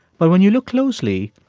but when you look closely,